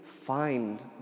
find